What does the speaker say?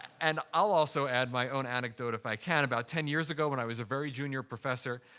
and i'll also add my own anecdote, if i can. about ten years ago, when i was a very junior professor,